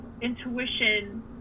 intuition